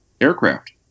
aircraft